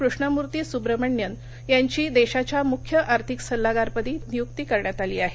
कृष्णमूर्ती सुब्रमण्यन यांची देशाच्या मुख्य आर्थिक सल्लागारपदी नियुक्ती करण्यात आली आहे